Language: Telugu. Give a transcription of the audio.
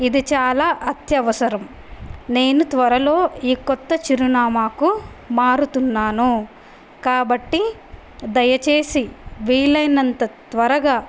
ఇది చాలా అత్యవసరం నేను త్వరలో ఈ క్రొత్త చిరునామాకు మారుతున్నాను కాబట్టి దయచేసి వీలైనంత త్వరగా